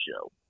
show